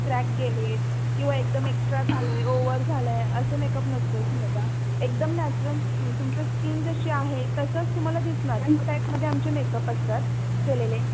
crack गेले किंवा एकदम एक्स्ट्रा झाले ओवर झालं आहे असं मेकअप नसतोयच माझा एकदम नॅचरल स्किन तुमचं स्किन जशी आहे तसंच तुम्हाला दिसणार आहे टायपमध्ये आमचे मेकअप असतात केलेले